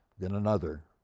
then another.